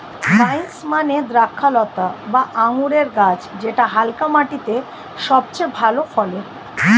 vines মানে দ্রক্ষলতা বা আঙুরের গাছ যেটা হালকা মাটিতে সবচেয়ে ভালো ফলে